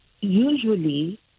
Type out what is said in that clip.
usually